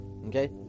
Okay